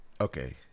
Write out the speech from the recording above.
Okay